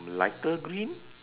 lighter green